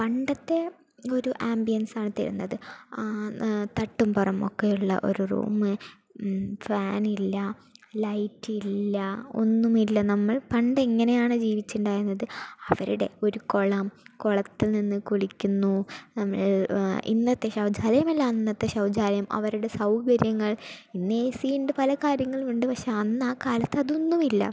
പണ്ടത്തെ ഒരു ആമ്പിയൻസാണ് തരുന്നത് ആ തട്ടുമ്പുറം ഒക്കെ ഉള്ള ഒരു റൂമ് ഫാനില്ല ലൈറ്റില്ല ഒന്നുമില്ല നമ്മൾ പണ്ടെങ്ങനെയാണോ ജീവിച്ചിട്ടുണ്ടായിരുന്നത് അവരുടെ ഒരു കുളം കുളത്തിൽ നിന്ന് കുളിക്കുന്നു നമ്മൾ ഇന്നത്തെ ശൗചയലമല്ല അന്നത്തെ ശൗചലയം അവരുടെ സൗകര്യങ്ങൾ ഇന്ന് എ സിയുണ്ട് പല കാര്യങ്ങളുമുണ്ട് പക്ഷേ അന്ന് ആ കാലത്ത് അതൊന്നും ഇല്ല